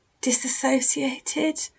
disassociated